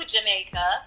Jamaica